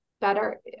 better